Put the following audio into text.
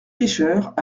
pecheurs